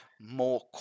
more